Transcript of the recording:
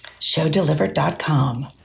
showdelivered.com